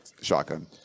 shotgun